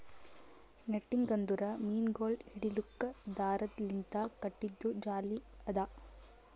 netting ಅಂದುರ್ ಮೀನಗೊಳ್ ಹಿಡಿಲುಕ್ ದಾರದ್ ಲಿಂತ್ ಕಟ್ಟಿದು ಜಾಲಿ ಅದಾ